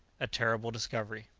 a terrible discovery.